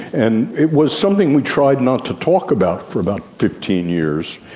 and it was something we tried not to talk about for about fifteen years,